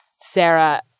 Sarah